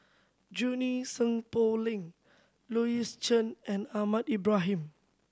Junie Sng Poh Leng Louis Chen and Ahmad Ibrahim